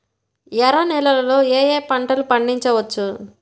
ఎర్ర నేలలలో ఏయే పంటలు పండించవచ్చు?